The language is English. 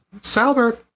Salbert